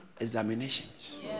examinations